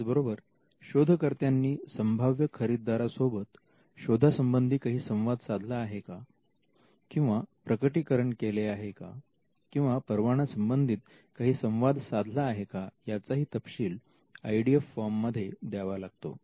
त्याचबरोबर शोधकर्त्यांनी संभाव्य खरीददारा सोबत शोधा संबंधी काही संवाद साधला आहे किंवा प्रकटीकरण केले आहे किंवा परवाना संबंधित काही संवाद साधला आहे का याचाही तपशील आय डी एफ फॉर्ममध्ये द्यावा लागतो